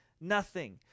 nothing